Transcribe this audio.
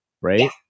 right